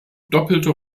doppelte